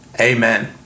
Amen